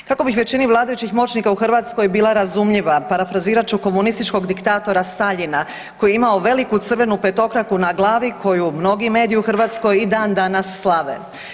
Kako bih većini vladajućih moćnika u Hrvatskoj bila razumljiva parafrazirat ću komunističkog diktatora Staljina koji je imao veliku crvenu petokraku na glavi koju mnogi mediji u Hrvatskoj i dan danas slave.